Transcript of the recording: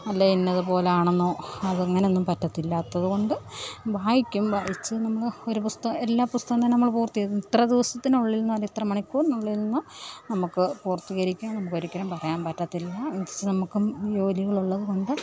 അല്ലേ ഇന്ന് അത് പോലെ ആണെന്നോ അതങ്ങനെ ഒന്നും പറ്റത്തില്ലാത്തത് കൊണ്ട് വായിക്കും വായിച്ചു നമ്മൾ ഒരു പുസ്തകം എല്ലാ പുസ്തകം തന്നെ നമ്മൾ പൂർത്തിയാക്കും ഇത്ര ദിവസത്തിനുള്ളിലെണ്ണോ ഇത്ര മണിക്കൂറിനുള്ളിലെന്നോ നമുക്ക് പൂർത്തീകരിക്കാൻ നമ്മൾക്ക് ഒരിക്കലും പറയാൻ പറ്റത്തില്ല പക്ഷേ നമ്മൾക്കും ജോലികളുള്ളത് കൊണ്ട്